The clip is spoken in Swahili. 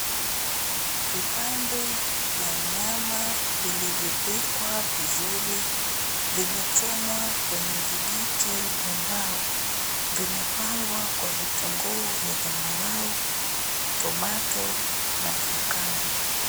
Vipande vya nyama vilivyopikwa vizuri vimechomwa kwenye vijiti vya mbao. Vimepambwa kwa vitunguu vya zambarau, tomato na cucumber .